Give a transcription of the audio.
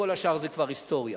זה כבר היסטוריה.